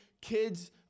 kids